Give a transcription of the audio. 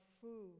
food